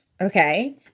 okay